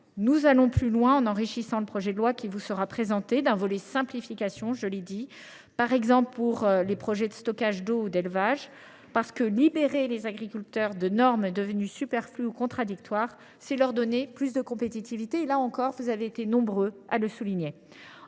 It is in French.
nous allons plus loin, en enrichissant le projet de loi qui vous sera présenté d’un volet de simplification visant, par exemple, les projets de stockage d’eau ou d’élevage. En effet, libérer les agriculteurs de normes devenues superflues ou contradictoires, c’est leur donner plus de compétitivité, comme vous avez été nombreux à le souligner.